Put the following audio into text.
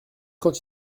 quand